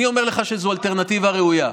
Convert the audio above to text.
אני אומר לך שזו אלטרנטיבה ראויה.